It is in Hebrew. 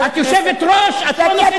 את יושבת-ראש, את לא נוקטת עמדה.